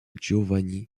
giovanni